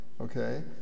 okay